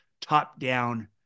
top-down